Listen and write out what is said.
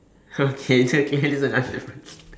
okay this is one okay this is another difference